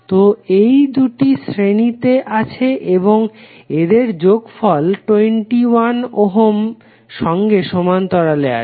তো এইদুটি শ্রেণী তে আছে এবং এদের যোগফল 21 ওহমের সঙ্গে সমান্তরালে আছে